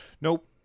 Nope